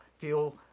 feel